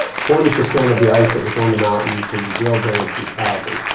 forty percent of the ice that was on the mountain, when we drilled there in two thousand,